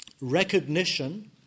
recognition